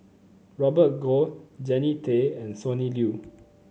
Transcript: Robert Goh Jannie Tay and Sonny Liew